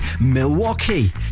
Milwaukee